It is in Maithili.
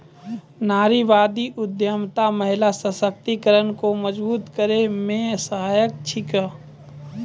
नारीवादी उद्यमिता महिला सशक्तिकरण को मजबूत करै मे सहायक छिकै